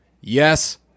Yes